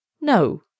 No